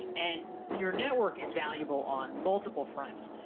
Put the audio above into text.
and your network is valuable on multiple fronts.